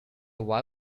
why